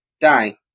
die